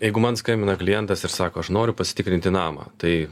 jeigu man skambina klientas ir sako aš noriu pasitikrinti namą tai